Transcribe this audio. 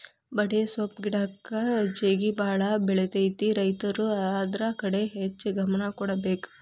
ಬಡೆಸ್ವಪ್ಪ್ ಗಿಡಕ್ಕ ಜೇಗಿಬಾಳ ಬಿಳತೈತಿ ರೈತರು ಅದ್ರ ಕಡೆ ಹೆಚ್ಚ ಗಮನ ಕೊಡಬೇಕ